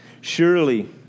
Surely